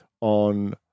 on